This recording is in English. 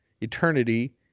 eternity